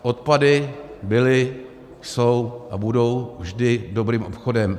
Odpady byly, jsou a budou vždy dobrým obchodem.